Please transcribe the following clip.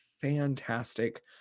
fantastic